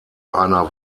einer